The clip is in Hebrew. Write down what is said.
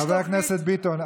חבר הכנסת ביטון,